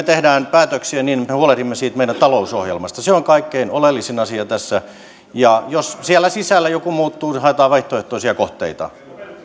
teemme päätöksiä me huolehdimme siitä meidän talousohjelmastamme se on kaikkein oleellisin asia tässä ja jos siellä sisällä joku muuttuu haetaan vaihtoehtoisia kohteita